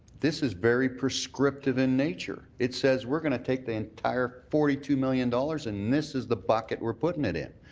this is very prescriptive in nature. it says we're going to take the entire forty two million dollars and this is the bucket we're putting it in.